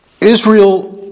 Israel